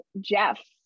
Jeff